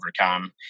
overcome